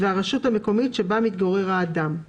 והרשות המקומית שבה מתגורר האדם;